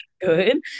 Good